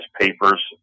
papers